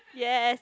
yes